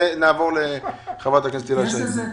ונעבור לחברת הכנסת הילה וזאן.